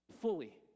fully